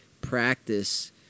practice